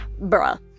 bruh